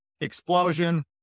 explosion